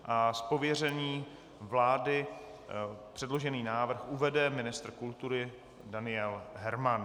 Z pověření vlády předložený návrh uvede ministr kultury Daniel Herman.